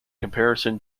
comparison